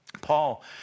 Paul